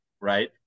right